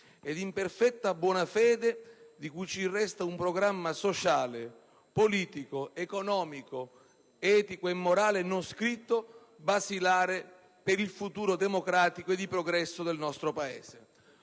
e in perfetta buona fede, di cui ci resta un programma sociale, politico, economico, etico e morale non scritto basilare per il futuro democratico e di progresso del nostro Paese».